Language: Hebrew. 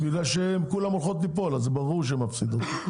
בגלל שהן כולן הולכות ליפול, אז ברור שהן מפסידות.